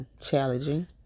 challenging